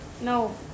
No